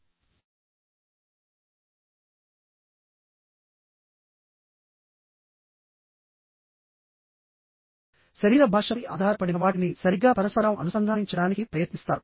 ఆపై వారి అంతర్గత ఆలోచనలు శరీర భాషపై ఆధారపడిన వాటిని సరిగ్గా పరస్పరం అనుసంధానించడానికి ప్రయత్నిస్తారు